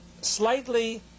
slightly